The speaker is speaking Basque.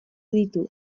ditu